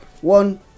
one